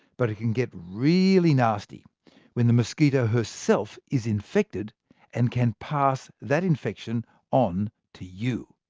but it can get really nasty when the mosquito herself is infected and can pass that infection on to you.